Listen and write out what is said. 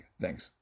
Thanks